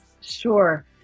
sure